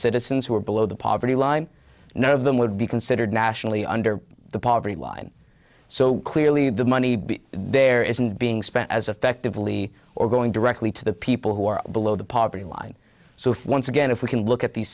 citizens who are below the poverty line none of them would be considered nationally under the poverty line so clearly the money there isn't being spent as effectively or going directly to the people who are below the poverty line so once again if we can look at these